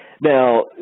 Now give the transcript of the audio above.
now